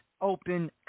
Open